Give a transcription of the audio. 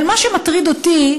אבל מה שמטריד אותי,